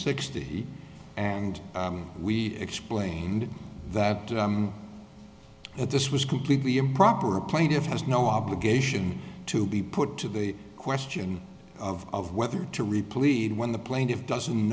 sixty and we explained that at this was completely improper a plaintiff has no obligation to be put to the question of whether to repleat when the plaintiff doesn't